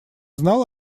знал